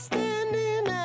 Standing